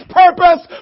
purpose